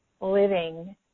living